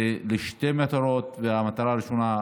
זה לשתי מטרות: המטרה הראשונה,